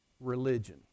religion